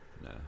no